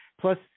Plus